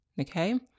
Okay